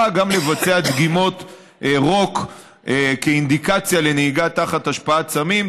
גם לבצע דגימות רוק כאינדיקציה לנהיגה תחת השפעת סמים,